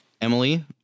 Emily